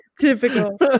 typical